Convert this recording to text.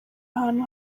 ahantu